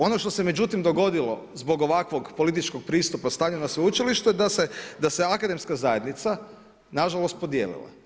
Ono što se međutim dogodilo zbog ovakvog političkog pristupa stanja na sveučilištu da se akademska zajednica nažalost podijelila.